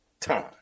time